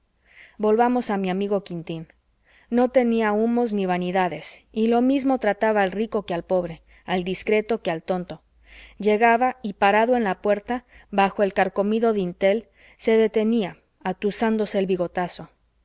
volvamos a mi amigo quintín no tenía humos ni vanidades y lo mismo trataba al rico que al pobre al discreto que al tonto llegaba y parado en la puerta bajo el carcomido dintel se detenía atusándose el bigotazo